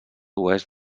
oest